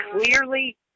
clearly